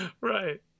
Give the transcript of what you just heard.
Right